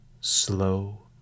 slow